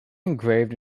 engraved